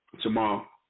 tomorrow